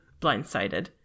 blindsided